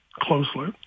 closely